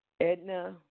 Edna